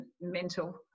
mental